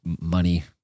money